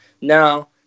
now